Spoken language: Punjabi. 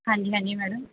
ਹਾਂਜੀ ਹਾਂਜੀ ਮੈਡਮ